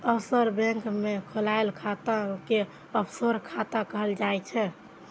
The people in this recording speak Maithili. ऑफसोर बैंक मे खोलाएल खाता कें ऑफसोर खाता कहल जाइ छै